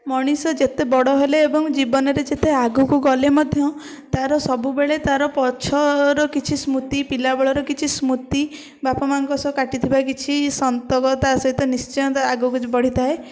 ମଣିଷ ଯେତେ ବଡ଼ ହେଲେ ଏବଂ ଜୀବନରେ ଯେତେ ଆଗକୁ ଗଲେ ମଧ୍ୟ ତା'ର ସବୁବେଳେ ତା'ର ପଛର କିଛି ସ୍ମୃତି ପିଲାବେଳର କିଛି ସ୍ମୃତି ବାପା ମାଙ୍କ ସହ କାଟିଥିବା କିଛି ସନ୍ତକ ତା ସହିତ ନିଶ୍ଚୟ ତା ଆଗକୁ ବଢ଼ିଥାଏ